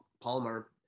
Palmer